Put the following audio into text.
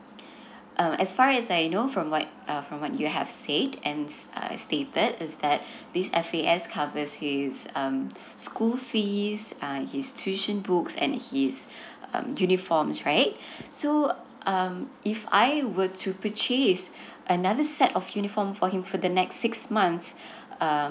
uh as far as I know from what uh from what you have said and uh stated is that this F A S covers his um school fees uh his tuition books and his um uniforms right so um if I were to purchase another set of uniform for him for the next six months um